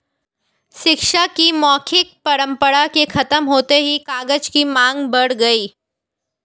शिक्षा की मौखिक परम्परा के खत्म होते ही कागज की माँग बढ़ गई